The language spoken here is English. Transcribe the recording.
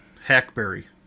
hackberry